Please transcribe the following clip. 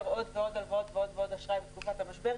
עוד ועוד הלוואות ועוד ועוד אשראי בתקופת המשבר,